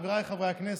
חבריי חברי הכנסת,